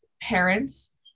parents